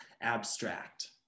Abstract